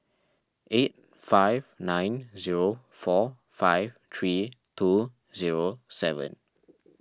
eight five nine zero four five three two zero seven